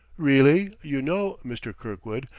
really, you know, mr. kirkwood,